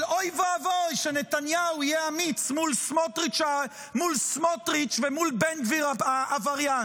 אבל אוי ואבוי שנתניהו יהיה אמיץ מול סמוטריץ' ומול בן גביר העבריין.